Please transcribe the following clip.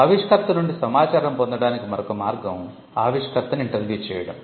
ఆవిష్కర్త నుండి సమాచారం పొందడానికి మరొక మార్గం ఆవిష్కర్తను ఇంటర్వ్యూ చేయడం